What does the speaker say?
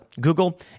Google